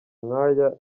nkaya